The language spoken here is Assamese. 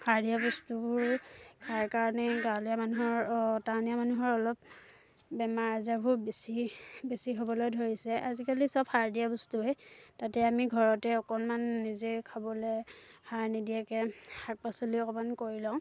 সাৰ দিয়া বস্তুবোৰ খোৱাৰ কাৰণে গাঁৱলীয়া মানুহৰ অঁ টাউনীয়া মানুহৰ অলপ বেমাৰ আজাৰবোৰ বেছি বেছি হ'বলৈ ধৰিছে আজিকালি সব সাৰ দিয়া বস্তুৱেই তাতে আমি ঘৰতে অকণমান নিজে খাবলৈ সাৰ নিদিয়াকৈ শাক পাচলি অকণমান কৰি লওঁ